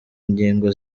ngingo